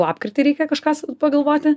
lapkritį reikia kažką pagalvoti